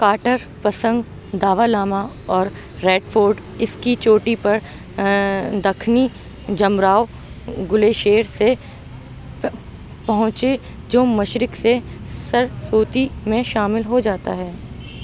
Carter Pasang Dawa Lama اور Red Fort اس کی چوٹی پر دکھنی جمراو گلیشیر سے پہنچے جو مشرق سے سرسوتی میں شامل ہو جاتا ہے